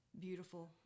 beautiful